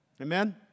Amen